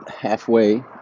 halfway